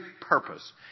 purpose